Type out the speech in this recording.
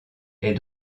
est